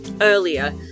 earlier